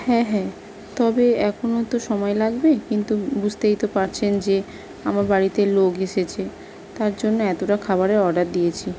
হ্যাঁ হ্যাঁ তবে এখনো তো সময় লাগবে কিন্তু বুঝতেই তো পারছেন যে আমার বাড়িতে লোক এসেছে তার জন্য এতোটা খাবারের অর্ডার দিয়েছি